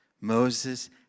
Moses